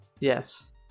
Yes